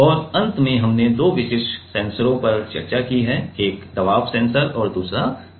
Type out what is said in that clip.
और अंत में हमने दो विशिष्ट सेंसरों पर चर्चा की है एक दबाव सेंसर है और दूसरा एक्सेलेरोमीटर है